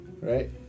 Right